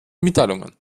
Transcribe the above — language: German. mitteilungen